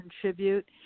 contribute